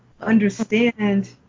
understand